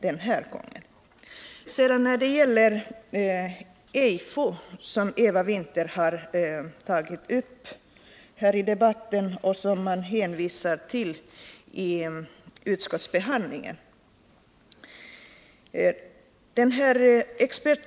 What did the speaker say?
Sedan några ord om det EIFO — expertgruppen för invandrarforskning — som Eva Winther har tagit upp här i debatten och som man också hänvisat till vid utskottsbehandlingen.